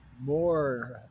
more